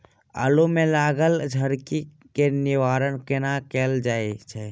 आलु मे लागल झरकी केँ निवारण कोना कैल जाय छै?